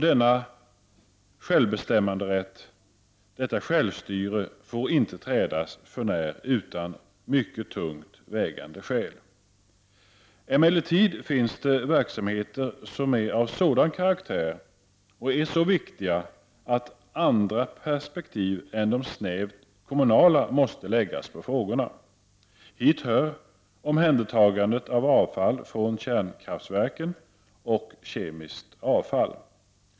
Detta självstyre får inte trädas för när utan mycket tungt vägande skäl. Det finns emellertid verksamheter som är av sådan karaktär och som är så viktiga att andra perspektiv än de snävt kommunala måste läggas på dem. Hit hör omhändertagandet av avfall från kärnkraftverken och av kemiskt avfall.